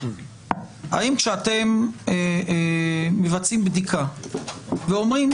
האם כשאתם מבצעים בדיקה ואומרים,